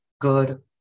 good